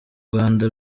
rwanda